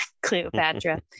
Cleopatra